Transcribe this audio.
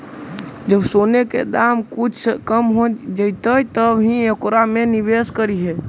जब सोने के दाम कुछ कम हो जइतइ तब ही ओकरा में निवेश करियह